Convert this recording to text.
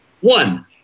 One